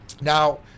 Now